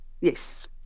Yes